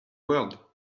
world